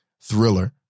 thriller